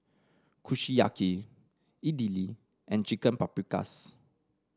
Kushiyaki Idili and Chicken Paprikas